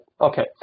Okay